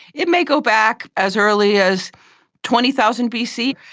it may go back as early as twenty thousand bc.